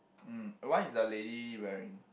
mm what is the lady wearing